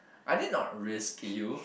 I did not risk you